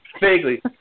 Vaguely